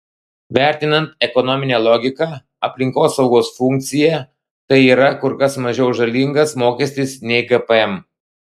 vertinant ekonominę logiką aplinkosaugos funkciją tai yra kur kas mažiau žalingas mokestis nei gpm